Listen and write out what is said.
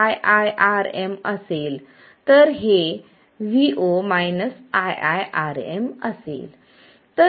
तर हे vo iiRm असेल